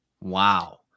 Wow